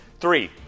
Three